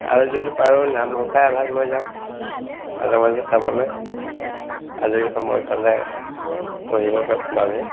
আৰু যদি পাৰোঁ নামঘোষা এভাগ লৈ যাম মাজে মাজে চাবলৈ আজৰি সময় পালে পঢ়িবৰ বাবে